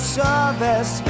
service